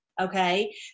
okay